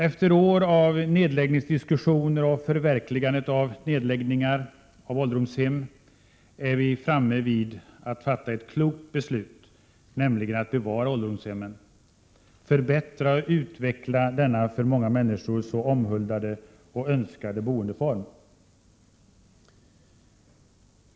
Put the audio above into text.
Efter år av nedläggningsdiskussioner och förverkligandet av nedläggningar av ålderdomshem är vi framme vid att fatta ett klokt beslut, nämligen att bevara ålderdomshemmen, förbättra och utveckla denna av många människor så omhuldade och önskade boendeform.